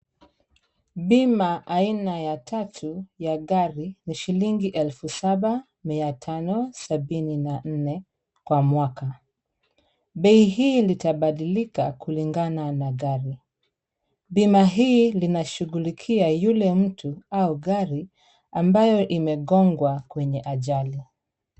Bima aina ya tatu ya gari ni shilingi elfu saba mia tano sabini na nne kwa mwaka. Bei hii litabadilika kulingana na gari. Bima hii linashughulikia yule mtu au gari ambayo imegongwa kwenye ajali.